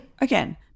again